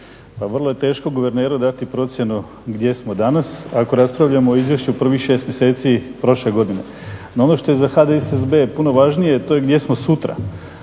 Pa vrlo je teško guverneru dati procjenu gdje smo danas ako raspravljamo o izvješću u prvih šest mjeseci prošle godine. No ono što je za HDSSB puno važnije, to je gdje smo sutra